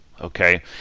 okay